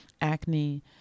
acne